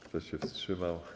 Kto się wstrzymał?